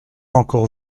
encore